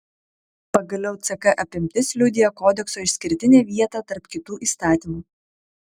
pagaliau ck apimtis liudija kodekso išskirtinę vietą tarp kitų įstatymų